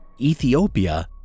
Ethiopia